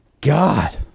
God